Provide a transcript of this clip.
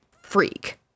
freak